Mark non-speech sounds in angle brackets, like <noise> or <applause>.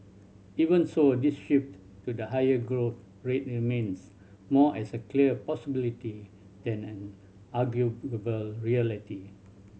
even so this shift to the higher growth rate remains more as a clear possibility than an <unintelligible> reality